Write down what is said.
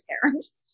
parents